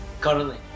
Currently